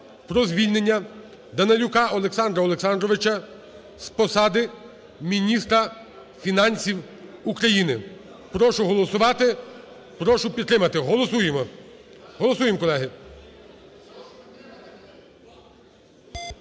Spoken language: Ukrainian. про звільнення Данилюка Олександра Олександровича з посади міністра фінансів України. Прошу голосувати. Прошу підтримати. Голосуємо. Голосуємо, колеги.